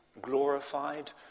glorified